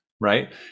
right